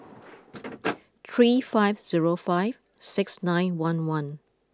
three five zero five six nine one one